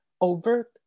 overt